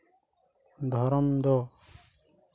ᱫᱷᱚᱨᱚᱢ ᱫᱚ